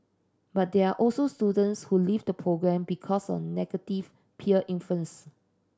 but there also students who leave the programme because of negative peer influence